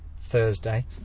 thursday